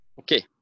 Okay